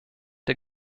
der